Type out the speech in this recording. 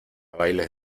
bailes